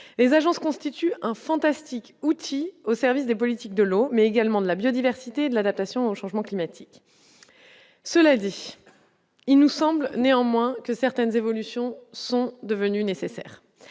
les agences constitue un fantastique outil au service des politiques de l'eau mais également de la biodiversité de l'adaptation au changement climatique, cela dit, il nous semble néanmoins que certaines évolutions sont devenues nécessaires